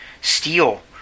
steal